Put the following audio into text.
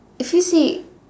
if you see